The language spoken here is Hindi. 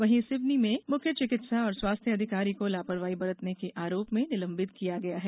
वहीं सिवनी में मुख्य चिकित्सा और स्वास्थ्य अधिकारी को लापरवाही बरतने के आरोप में निलंबित किया गया है